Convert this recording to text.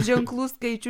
ženklų skaičių